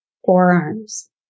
forearms